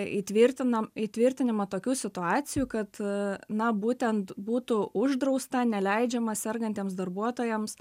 įtvirtinam įtvirtinimą tokių situacijų kad na būtent būtų uždrausta neleidžiama sergantiems darbuotojams